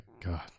god